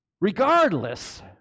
Regardless